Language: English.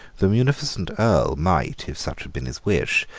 the munificent earl might, if such had been his wish,